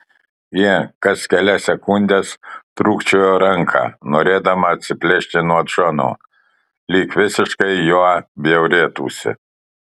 ji kas kelias sekundes trūkčiojo ranką norėdama atsiplėšti nuo džono lyg visiškai juo bjaurėtųsi